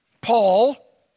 Paul